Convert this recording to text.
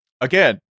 Again